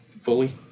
Fully